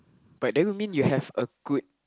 but that would mean you have a good